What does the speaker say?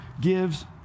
gives